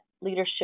leadership